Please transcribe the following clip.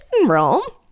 general